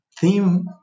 Theme